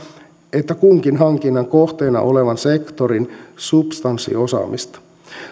että kunkin hankinnan kohteena olevan sektorin substanssiosaamista